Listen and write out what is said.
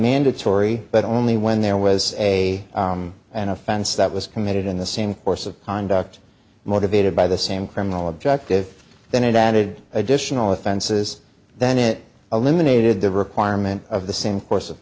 mandatory but only when there was a an offense that was committed in the same course of conduct motivated by the same criminal objective then it added additional offenses then it eliminated the requirement of the same course of